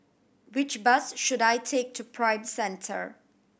which bus should I take to Prime Centre